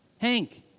Hank